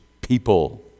people